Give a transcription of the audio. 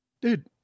Dude